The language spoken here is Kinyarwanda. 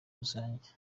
rusange